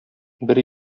бер